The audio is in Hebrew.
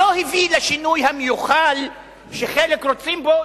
לא הביא לשינוי המיוחל שחלק רוצים בו,